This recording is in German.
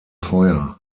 feuer